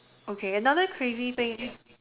okay another crazy thing